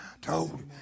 told